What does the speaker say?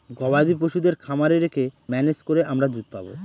গবাদি পশুদের খামারে রেখে ম্যানেজ করে আমরা দুধ পাবো